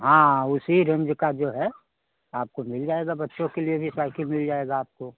हाँ उसी रेंज का जो है आपको मिल जाएगा बच्चों के लिए भी साइकिल मिल जाएगी आपको